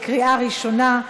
בקריאה ראשונה,